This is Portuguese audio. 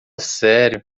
sério